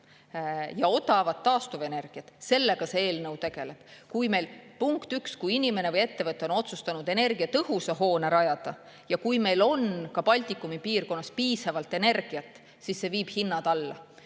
ja odavat taastuvenergiat, see eelnõu tegeleb. Punkt üks, kui inimene või ettevõte on otsustanud energiatõhusa hoone rajada, ja kui meil on Baltikumi piirkonnas piisavalt energiat, siis see viib hinnad alla.